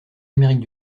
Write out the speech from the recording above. amérique